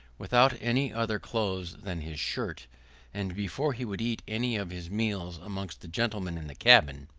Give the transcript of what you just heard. without any other clothes than his shirt and before he would eat any of his meals amongst the gentlemen in the cabin,